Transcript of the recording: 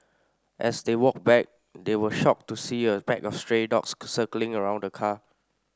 as they walked back they were shocked to see a pack of stray dogs circling around the car